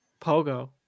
pogo